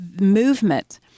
Movement